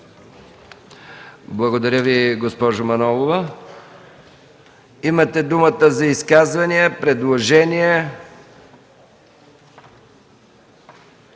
Благодаря Ви, госпожо Манолова. Имате думата за изказвания, предложения.